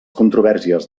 controvèrsies